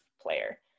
player